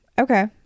okay